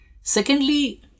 Secondly